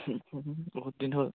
বহুত দিন হ'ল